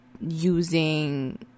using